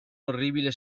orribile